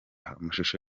amashusho